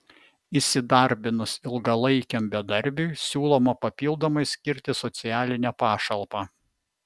įsidarbinus ilgalaikiam bedarbiui siūloma papildomai skirti socialinę pašalpą